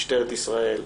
משטרת ישראל,